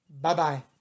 Bye-bye